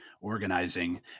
organizing